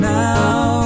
now